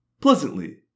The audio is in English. pleasantly